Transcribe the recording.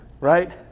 right